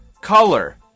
color